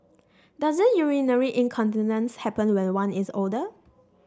doesn't urinary incontinence happen when one is older